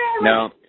No